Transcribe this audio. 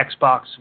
Xbox